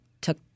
took